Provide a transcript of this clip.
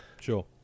Sure